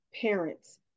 parents